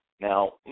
Now